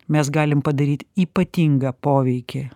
mes galim padaryt ypatingą poveikį